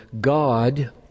God